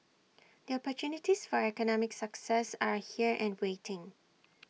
the opportunities for economic success are here and waiting